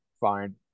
fine